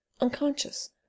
unconscious